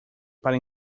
para